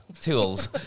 Tools